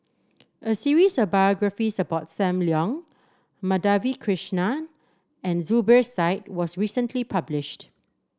a series of biographies about Sam Leong Madhavi Krishnan and Zubir Said was recently published